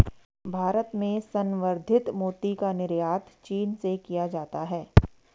भारत में संवर्धित मोती का निर्यात चीन से किया जाता है